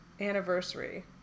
anniversary